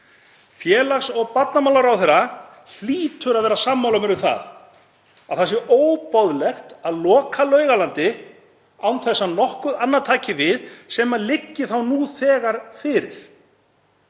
Félags- og barnamálaráðherra hlýtur að vera sammála mér um að það sé óboðlegt að loka Laugalandi án þess að nokkuð annað taki við sem liggi nú þegar fyrir.